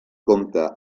compta